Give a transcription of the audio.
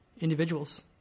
individuals